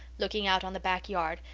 looking out on the back yard,